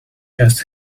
just